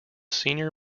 senior